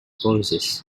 process